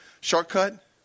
shortcut